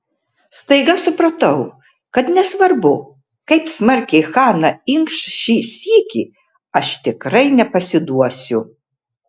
staiga supratau kad nesvarbu kaip smarkiai hana inkš šį sykį aš tikrai nepasiduosiu